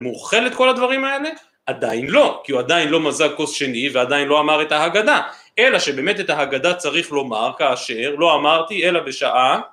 מוכר את כל הדברים האלה? עדיין לא, כי הוא עדיין לא מזג כוס שני ועדיין לא אמר את ההגדה, אלא שבאמת את ההגדה צריך לומר כאשר לא אמרתי אלא בשעה...